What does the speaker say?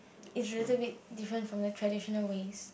is a little bit different from the traditional ways